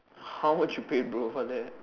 how much you pay bro for that